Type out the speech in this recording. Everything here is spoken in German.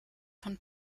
von